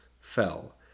fell